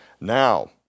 now